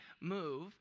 move